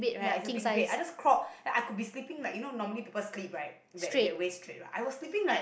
ya it's a big bed I just crawled I could be sleeping like you know like normally people sleep right that that very straight right I was sleeping like